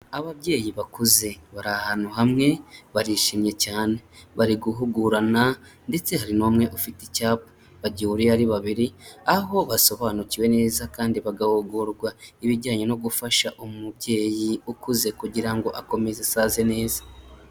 Ababyeyi bakuze bari ahantu hamwe barishimye cyane, bari guhugurana ndetse hari n'umwe ufite icyapa, bagihuriyeho ari babiri aho basobanukiwe neza kandi bagahugurwa ibijyanye no gufasha umubyeyi ukuze kugira ngo akomeze asaze neza.